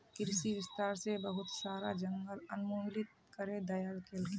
कृषि विस्तार स बहुत सारा जंगल उन्मूलित करे दयाल गेल छेक